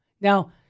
Now